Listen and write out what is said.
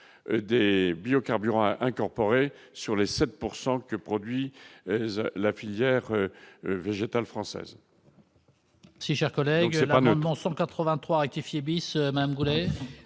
des biocarburants incorporés, sur les 7 pourcent que produit la filière végétale française.